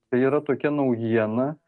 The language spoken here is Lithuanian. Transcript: tai yra tokia naujiena